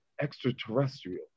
extraterrestrial